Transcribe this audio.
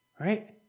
right